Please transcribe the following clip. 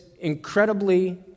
incredibly